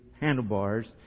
handlebars